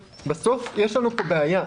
בסוף יש לנו פה בעיה,